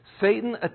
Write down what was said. Satan